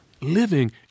living